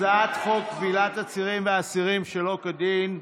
הצעת חוק כבילת עצורים ואסירים שלא כדין,